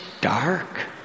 dark